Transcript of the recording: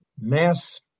mass